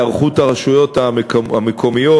היערכות הרשויות המקומיות,